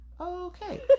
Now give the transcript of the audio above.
Okay